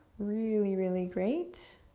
really, really great.